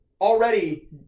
Already